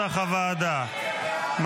44 בעד, 52 נגד.